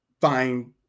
find